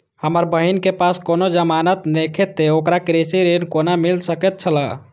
हमर बहिन के पास कोनो जमानत नेखे ते ओकरा कृषि ऋण कोना मिल सकेत छला?